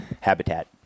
Habitat